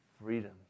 freedom